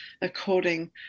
according